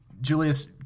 Julius